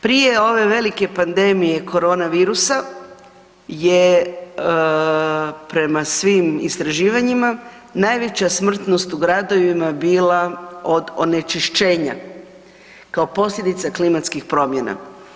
Prije ove velike pandemije korona virusa je prema svim istraživanjima najveća smrtnost u gradovima bila od onečišćenja kao posljedica klimatskih promjena.